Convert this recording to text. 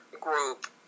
group